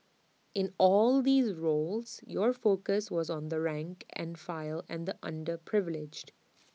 in all these roles your focus was on the rank and file and the underprivileged